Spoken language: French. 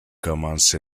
commence